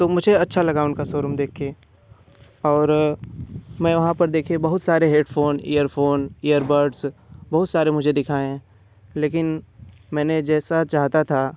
तो मुझे अच्छा लगा उनका शोरूम देख के और मैं वहाँ पर देखे बहुत सारे हेडफोन ईयरफोन ईयरबड्स बहुत सारे मुझे दिखाए लेकिन मैंने जैसा चाहता था